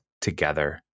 together